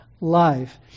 life